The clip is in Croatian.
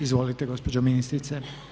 Izvolite gospođo ministrice.